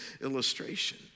illustration